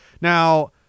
Now